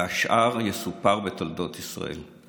והשאר יסופר בתולדות ישראל.